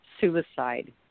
suicide